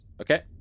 Okay